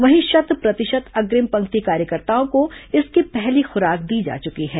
वहीं शत प्रतिशत अग्रिम पंक्ति कार्यकर्ताओं को इसकी पहली खुराक दी जा चुकी है